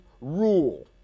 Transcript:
rule